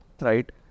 right